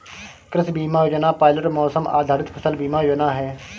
कृषि बीमा योजना पायलट मौसम आधारित फसल बीमा योजना है